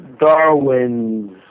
Darwin's